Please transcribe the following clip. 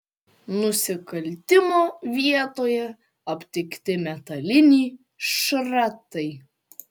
nusikaltimo vietoje aptikti metaliniai šratai